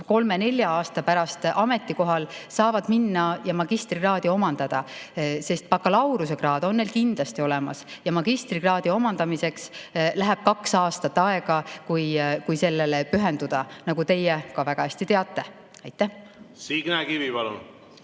kolme-nelja aasta pärast samal ametikohal, saavad minna ja magistrikraadi omandada. Bakalaureusekraad on neil kindlasti olemas ja magistrikraadi omandamiseks läheb kaks aastat, kui sellele pühenduda, nagu teie ka väga hästi teate. Signe Kivi, palun!